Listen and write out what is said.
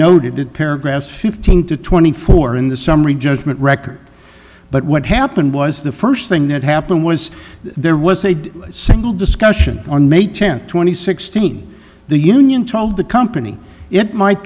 noted paragraphs fifteen to twenty four in the summary judgment record but what happened was the first thing that happened was there was a single discussion on may tenth two thousand and sixteen the union told the company it might